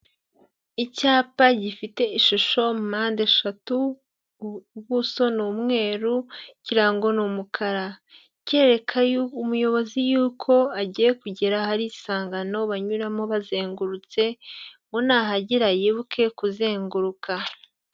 Icyapa gifite ishusho mpandeshatu, ubuso ni umweru, ikirango ni umukara, kereka umuyobozi y'uko agiye kugera ahari isangano banyuramo bazengurutse, ngo nahagera yibuke kuzenguruka.